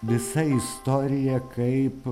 visa istorija kaip